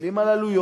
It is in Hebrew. מסתכלים על עלויות,